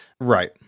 Right